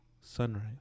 Sunrise